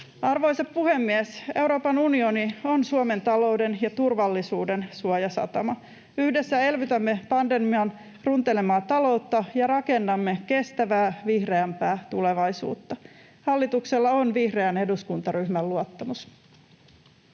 Arvoisa puhemies! Euroopan unioni on Suomen talouden ja turvallisuuden suojasatama. Yhdessä elvytämme pandemian runtelemaa taloutta ja rakennamme kestävää, vihreämpää tulevaisuutta. Hallituksella on vihreän eduskuntaryhmän luottamus.